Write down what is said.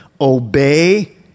Obey